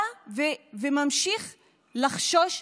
בא וממשיך לחשוד באדם,